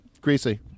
Greasy